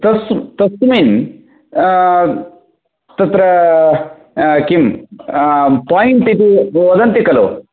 तस् तस्मिन् तत्र किं पाय्ण्ट् इति वदन्ति खलु